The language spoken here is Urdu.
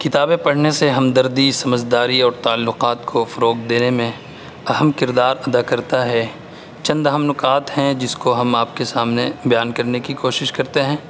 کتابیں پڑھنے سے ہمدردی سمجھداری اور تعلقات کو فروغ دینے میں اہم کردار ادا کرتا ہے چند اہم نکات ہیں جس کو ہم آپ کے سامنے بیان کرنے کی کوشش کرتے ہیں